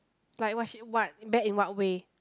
like what she what bad in what way